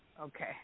Okay